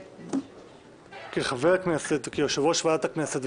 אז כחבר כנסת וכיושב-ראש ועדת הכנסת,